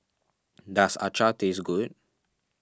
does Acar taste good